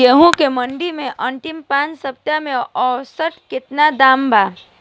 गेंहू के मंडी मे अंतिम पाँच हफ्ता से औसतन केतना दाम बा?